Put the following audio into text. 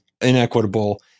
inequitable